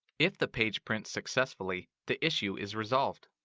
if the page prints successfully, the issue is resolved.